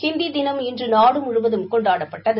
ஹிந்தி தினம் இன்று நாடு முழுவதும் கொண்டாடப்பட்டது